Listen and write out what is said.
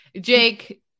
Jake